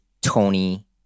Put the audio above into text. tony